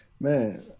Man